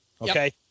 Okay